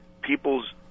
people's